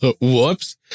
whoops